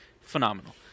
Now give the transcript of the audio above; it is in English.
Phenomenal